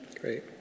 Great